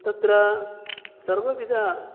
तत्र सर्वविध